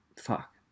Fuck